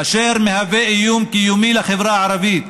אשר מהווה איום קיומי על החברה הערבית.